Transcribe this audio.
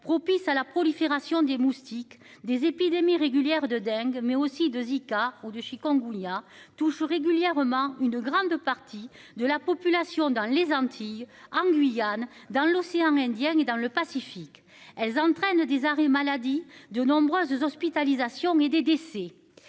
propices à la prolifération des moustiques, des épidémies régulière de Deng mais aussi 2 zika ou du chikungunya touche régulièrement une grande partie de la population dans les Antilles en Guyane, dans l'océan Indien et dans le Pacifique, elles entraînent des arrêts maladie de nombreuses hospitalisations et des décès.